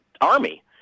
army